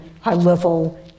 high-level